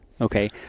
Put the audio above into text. Okay